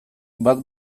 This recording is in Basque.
bat